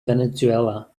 venezuela